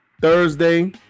Thursday